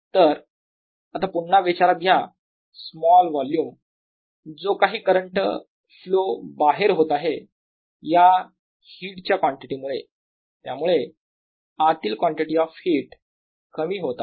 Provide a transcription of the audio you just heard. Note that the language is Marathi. तर आता पुन्हा विचारात घ्या स्मॉल वोल्युम जो काही करंट फ्लो बाहेर होत आहे या हिटच्या कॉन्टिटी मुळे त्यामुळे आतील कॉन्टिटी ऑफ हीट कमी होत आहे